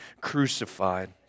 crucified